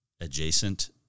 adjacent